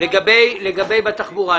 לגבי התחבורה.